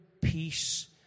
peace